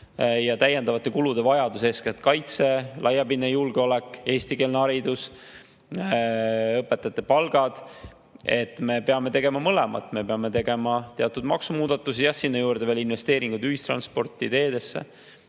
on täiendavate kulude vajadus, eeskätt kaitse, laiapindse julgeoleku, eestikeelse hariduse ja õpetajate palkade jaoks. Me peame tegema mõlemat, me peame tegema teatud maksumuudatusi, jah, sinna juurde veel investeeringuid ühistransporti, teedesse.